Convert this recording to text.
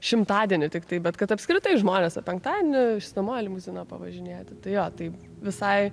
šimtadienį tiktai bet kad apskritai žmonės penktadienį išsinuomuoja limuziną pavažinėti tai jo tai visai